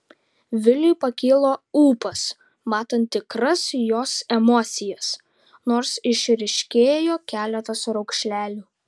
viliui pakilo ūpas matant tikras jos emocijas nors išryškėjo keletas raukšlelių